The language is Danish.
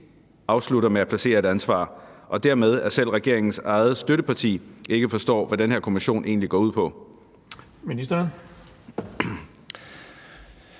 afslutter med at placere et ansvar, og at selv regeringens eget støtteparti dermed ikke forstår, hvad den her kommission egentlig går ud på?